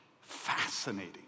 Fascinating